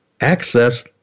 access